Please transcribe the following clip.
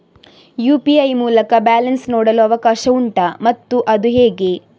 UPI ಮೂಲಕ balance ನೋಡಲು ಅವಕಾಶ ಉಂಟಾ ಮತ್ತು ಅದು ಹೇಗೆ?